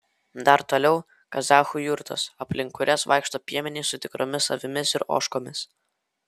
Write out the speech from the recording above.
dar toliau kazachų jurtos aplink kurias vaikšto piemenys su tikromis avimis ir ožkomis